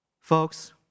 Folks